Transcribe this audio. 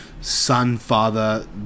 son-father